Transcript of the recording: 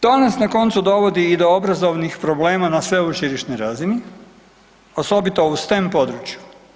To nas na koncu dovodi i do obrazovnih problema na sveučilišnoj razini, osobito u STEM području.